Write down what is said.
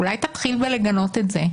אולי תתחיל בגינוי של זה?